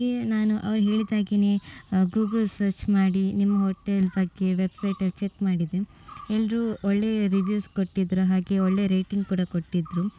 ಹಾಗೆ ನಾನು ಅವ್ರು ಹೇಳಿದ್ಹಾಗೆನೇ ಗೂಗಲ್ ಸರ್ಚ್ ಮಾಡಿ ನಿಮ್ಮ ಹೋಟೆಲ್ ಬಗ್ಗೆ ವೆಬ್ಸೈಟಲ್ಲಿ ಚೆಕ್ ಮಾಡಿದೆ ಎಲ್ಲರೂ ಒಳ್ಳೆಯ ರಿವ್ಯೂಸ್ ಕೊಟ್ಟಿದ್ದರು ಹಾಗೆ ಒಳ್ಳೆಯ ರೇಟಿಂಗ್ ಕೂಡ ಕೊಟ್ಟಿದ್ದರು